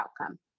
outcome